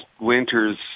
winters